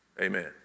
Amen